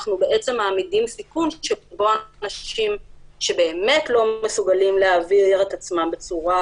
אנחנו מעמידים סיכון שבו האנשים שלא מסוגלים להבהיר את עצמם בצורה